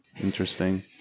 interesting